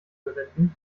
verwenden